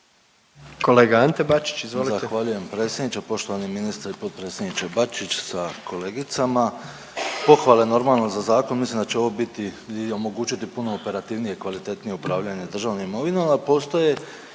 Kolega Sačić izvolite.